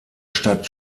stadt